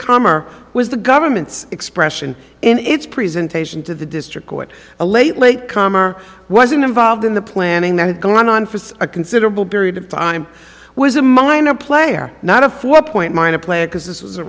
comer was the government's expression in its presentation to the district court a late late comer wasn't involved in the planning that had gone on for a considerable period of time was a minor player not a four point minor player because this was a